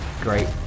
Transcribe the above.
great